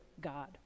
God